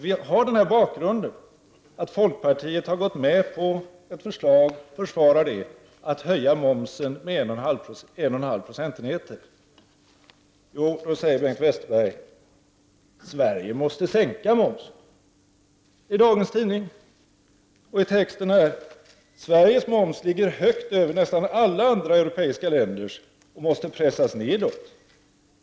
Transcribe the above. Vi har bakgrunden att folkpartiet har gått med på ett förslag om en höjning av momsen med 1,5 procentenheter. Då säger Bengt Westerberg: Sverige måste sänka momsen. Och i dagens tidning står det: Sveriges moms ligger högt över nästan alla andra europeiska länders och måste pressas nedåt.